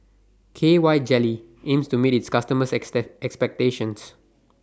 K Y Jelly aims to meet its customers' expectations